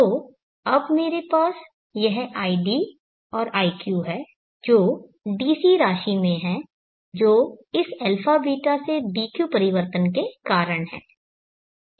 तो अब मेरे पास यह id और iq है जो DC राशि में हैं जो इस αβ से dq परिवर्तन के कारण हैं